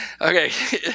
Okay